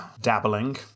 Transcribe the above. dabbling